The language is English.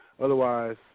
Otherwise